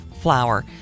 Flour